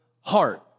heart